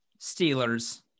Steelers